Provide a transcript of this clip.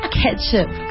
ketchup